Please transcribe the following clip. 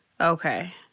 Okay